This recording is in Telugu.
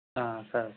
సరే